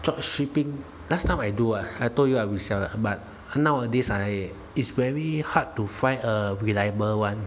drop shipping last time I do uh I told you I reseller but nowadays I is very hard to find a reliable [one]